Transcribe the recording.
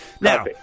Now